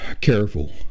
careful